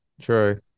True